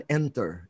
enter